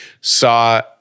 saw